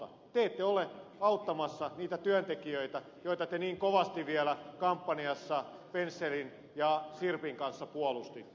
te ette ole auttamassa niitä työntekijöitä joita te niin kovasti vielä kampanjassanne pensselin ja sirpin kanssa puolustitte